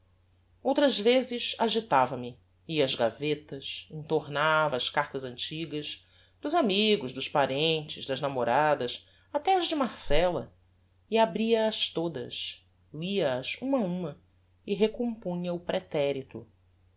outras vezes agitava me ia ás gavetas entornava as cartas antigas dos amigos dos parentes das namoradas até as de marcella e abria as todas lia as uma a uma e recompunha o preterito